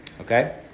Okay